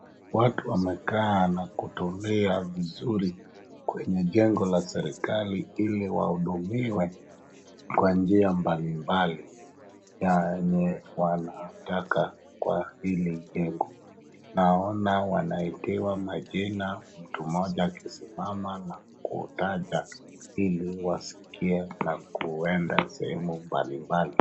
Watu wamekaa na kutulia vizuri kwenye jengo la serikali ili wahudumiwe kwa njia mbalimbali yenye wanataka kwa hili jengo. Naona wanaitiwa majina, mtu mmoja akisimama na kutaja ili wasikie na kuenda sehemu mbalimbali.